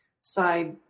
side